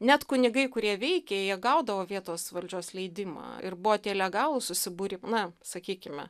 net kunigai kurie veikė jie gaudavo vietos valdžios leidimą ir buvo tie legalūs susibūrim na sakykime